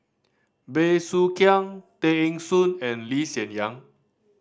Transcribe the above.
Bey Soo Khiang Tay Eng Soon and Lee Hsien Yang